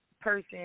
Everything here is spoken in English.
person